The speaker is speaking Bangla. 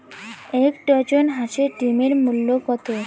এক ডজন হাঁসের ডিমের মূল্য কত?